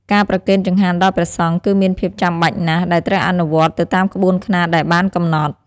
ការប្រគេនចង្ហាន់ដល់ព្រះសង្ឃគឺមានភាពចាំបាច់ណាស់ដែលត្រូវអនុវត្តន៍ទៅតាមក្បួនខ្នាតដែលបានកំណត់។